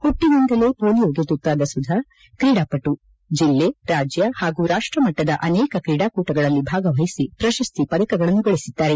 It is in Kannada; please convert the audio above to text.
ಹುಟ್ಟನಿಂದಲೇ ಪೊಲಿಯೋಗೆ ತುತ್ತಾದ ಸುಧಾ ಕ್ರೀಡಾಪಟು ಜಿಲ್ಲೆ ರಾಜ್ಯ ಹಾಗೂ ರಾಷ್ಟಮಟ್ಟದ ಅನೇಕ ಕ್ರೀಡಾಕೂಟಗಳಲ್ಲಿ ಭಾಗವಹಿಸಿ ಪ್ರಶಸ್ತಿ ಪದಕಗಳನ್ನು ಗಳಿಸಿದ್ದಾರೆ